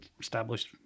established